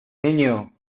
niño